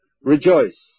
rejoice